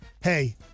hey